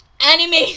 Anime